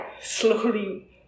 slowly